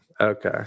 Okay